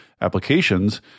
applications